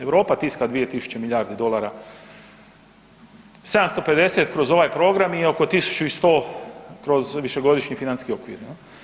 Europa tiska 2 tisuće milijardi dolara, 750 kroz ovaj program i oko 1 100 kroz višegodišnji financijski okvir.